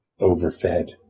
overfed